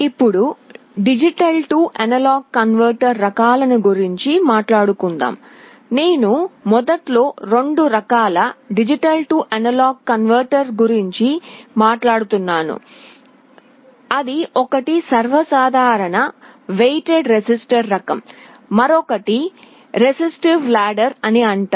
ఇప్పుడు D A converter రకాలను గురించి మాట్లాడుతు నేను మొదట్లో 2 రకాల D A కన్వర్టర్ గురించి మాట్లాడుతున్నాను అది ఒకటి సర్వసాధారణ వెయిటెడ్ రెసిస్టర్ రకం మరొకటి రెసిస్టివ్ నిచ్చెన రకం అని అంటారు